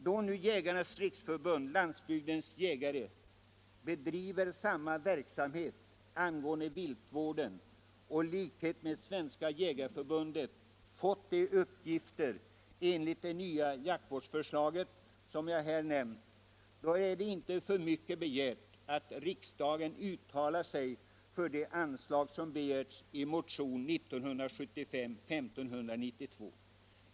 Eftersom denna organisation bedriver samma verksamhet när det gäller viltvården som Svenska jägareförbundet och i likhet med detta fått de uppgifter enligt de nya jaktvårdsförslaget som jag här nämnt är det inte för mycket begärt att riksdagen uttalar sig för det anslag som yrkats i motionen 1592.